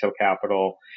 Capital